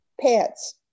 pets